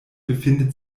befindet